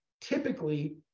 typically